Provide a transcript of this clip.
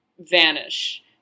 vanish